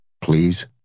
please